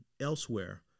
elsewhere